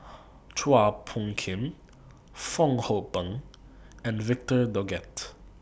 Chua Phung Kim Fong Hoe Beng and Victor Doggett